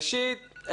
ראשית,